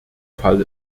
fall